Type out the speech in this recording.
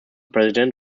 president